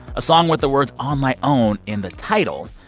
a song with the words on my own in the title,